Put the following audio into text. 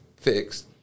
fixed